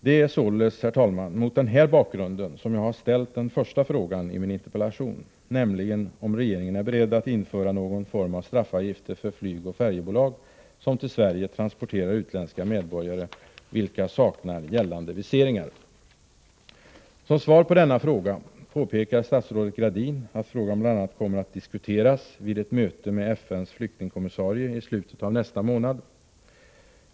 Det är således, herr talman, mot den här bakgrunden som jag har ställt den första frågan i min interpellation, nämligen om regeringen är beredd att införa någon form av straffavgift för flygoch färjebolag som till Sverige transporterar utländska medborgare, vilka saknar gällande viseringar. Som svar på denna fråga påpekar statsrådet Gradin att frågan bl.a. kommer att diskuteras vid ett möte med FN:s flyktingkommissarie i slutet av nästa månad.